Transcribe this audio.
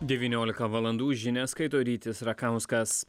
devyniolika valandų žinias skaito rytis rakauskas